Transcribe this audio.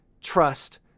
trust